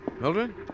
Mildred